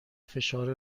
فشار